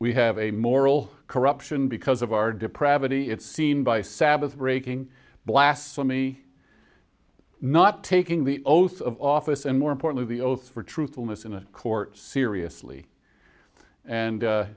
we have a moral corruption because of our depravity it's seen by sabbath breaking blasphemy not taking the oath of office and more importantly the oath for truthfulness in a court seriously and